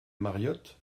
mariott